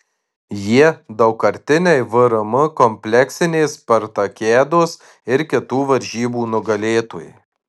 jie daugkartiniai vrm kompleksinės spartakiados ir kitų varžybų nugalėtojai